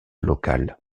local